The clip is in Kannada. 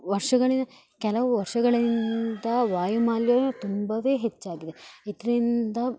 ವರ್ಷಗಳಿಂದ ಕೆಲವು ವರ್ಷಗಳಿಂದ ವಾಯು ಮಾಲಿನ್ಯ ತುಂಬಾ ಹೆಚ್ಚಾಗಿದೆ ಇದರಿಂದ